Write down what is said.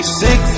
six